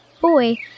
boy